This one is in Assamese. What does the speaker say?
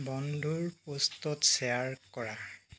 বন্ধুৰ পোষ্টত শ্বেয়াৰ কৰা